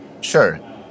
Sure